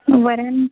वरन